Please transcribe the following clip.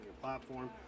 platform